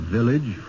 village